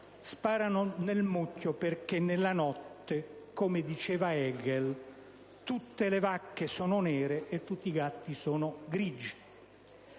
sparano nel mucchio perché nella notte, come diceva Hegel, tutte le vacche sono nere e tutti i gatti sono bigi.